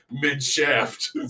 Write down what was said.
mid-shaft